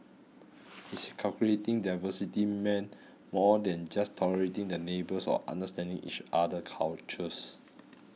he said corporate in their diversity meant more than just tolerating the neighbours or understanding each other cultures